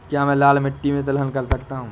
क्या मैं लाल मिट्टी में तिलहन कर सकता हूँ?